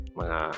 mga